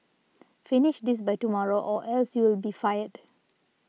finish this by tomorrow or else you'll be fired